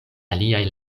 aliaj